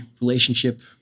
relationship